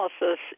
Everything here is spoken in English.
analysis